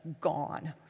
gone